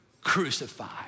crucified